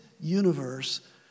universe